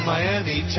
Miami